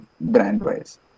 brand-wise